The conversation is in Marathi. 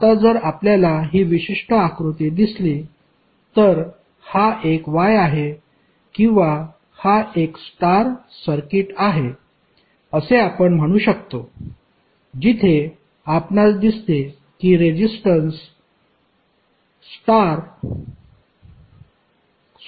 आता जर आपल्याला ही विशिष्ट आकृती दिसली तर हा एक Y आहे किंवा हा एक स्टार सर्किट आहे असे आपण म्हणू शकतो जिथे आपणास दिसते की रेजिस्टन्स स्टार स्वरूपात जोडलेले आहेत